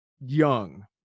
young